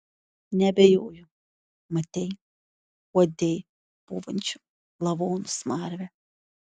neabejoju matei uodei pūvančių lavonų smarvę